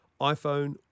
iPhone